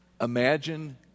Imagine